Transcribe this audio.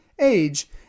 age